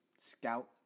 Scout